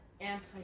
anti